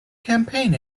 campaign